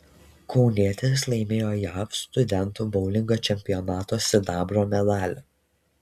kaunietis laimėjo jav studentų boulingo čempionato sidabro medalį